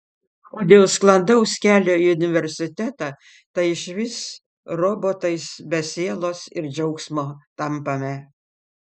o dėl sklandaus kelio į universitetą tai išvis robotais be sielos ir džiaugsmo tampame